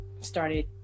started